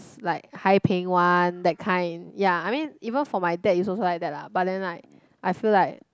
like high paying one that kind ya I mean even for my dad he's also like that lah but then like I feel like